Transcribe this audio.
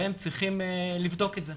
והם צריכים לבדוק את זה.